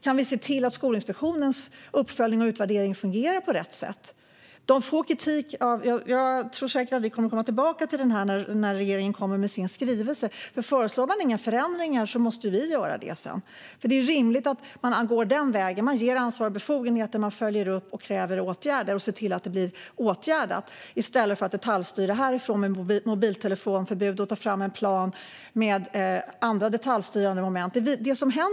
Kan vi se till att Skolinspektionens uppföljningar och utvärderingar fungerar på rätt sätt? Jag tror säkert att vi kommer att komma tillbaka till dessa frågor när regeringen ska lägga fram sin skrivelse. Men om man inte föreslår några förändringar måste vi göra det senare. Det är rimligt att ge ansvar och befogenheter, sedan följa upp och kräva åtgärder, i stället för att detaljstyra från riksdagen med mobiltelefonförbud och att ta fram en plan med andra detaljstyrande moment.